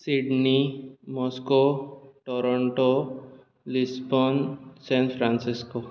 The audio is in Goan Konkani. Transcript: Sydney Moscow Toronto Lisbon San Francisco